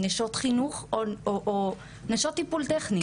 נשות חינוך או נשות טיפול טכני?